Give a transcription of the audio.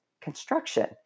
construction